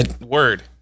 Word